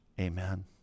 amen